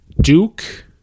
Duke